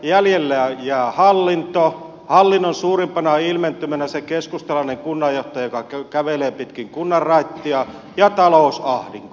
jäljelle jää hallinto hallinnon suurimpana ilmentymänä se keskustalainen kunnanjohtaja joka kävelee pitkin kunnanraittia ja talousahdinko